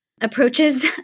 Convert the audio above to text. approaches